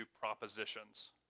propositions